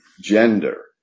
gender